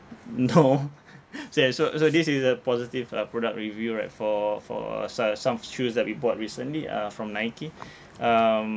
no so ya so so this is a positive uh product review right for for so~ some shoes that we bought recently uh from Nike um